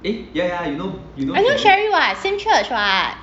I know sherry [what] same church [what]